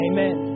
Amen